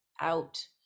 out